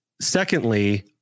secondly